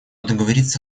договориться